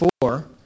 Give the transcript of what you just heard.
four